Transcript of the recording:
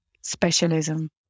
specialism